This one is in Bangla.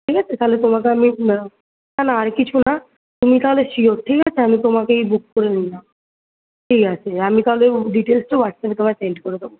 ঠিক আছে তাহলে তোমাকে আমি না না আর কিছু না তুমি তাহলে শিওর ঠিক আছে আমি তোমাকেই বুক করে নিলাম ঠিক আছে আমি তাহলে ডিটেলসটা হোয়াটসঅ্যাপে তোমায় সেন্ড করে দেবো